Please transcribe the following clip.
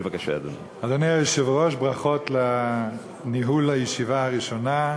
אדוני היושב-ראש, ברכות על ניהול הישיבה הראשונה.